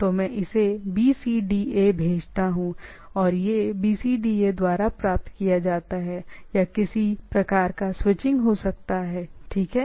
तो मैं इसे BCDA भेजता हूं और यह BCDA द्वारा प्राप्त किया जाता है राइट या किसी प्रकार का स्विचिंग हो सकता है ठीक है